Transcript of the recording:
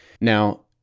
Now